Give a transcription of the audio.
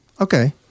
Okay